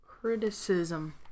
Criticism